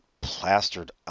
plastered